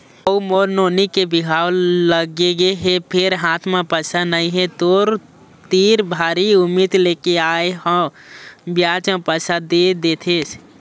दाऊ मोर नोनी के बिहाव लगगे हे फेर हाथ म पइसा नइ हे, तोर तीर भारी उम्मीद लेके आय हंव बियाज म पइसा दे देतेस